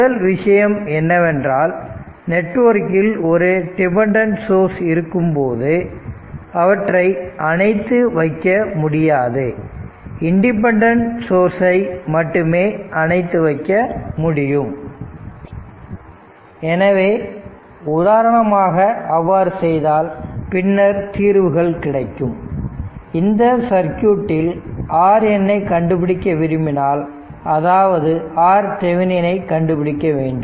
முதல் விஷயம் என்னவென்றால் நெட்வொர்க்கில் ஒரு டிபெண்டன்ட் சோர்ஸ் இருக்கும் போது அவற்றை அனைத்து வைக்க முடியாது இண்டிபெண்டன்ட் சோர்ஸ் சை மட்டுமே அனைத்து வைக்க முடியும் எனவே உதாரணமாக அவ்வாறு செய்தால் பின்னர் தீர்வுகள் கிடைக்கும் இந்த சர்க்யூட்டில் RN ஐ கண்டுபிடிக்க விரும்பினால் அதாவது RTheveninஐ கண்டுபிடிக்க வேண்டும்